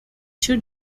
two